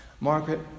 Margaret